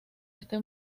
este